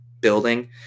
building